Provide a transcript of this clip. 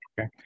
Okay